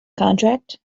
contract